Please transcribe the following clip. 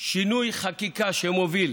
שינוי החקיקה שמוביל